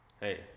hey